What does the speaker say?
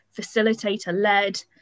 facilitator-led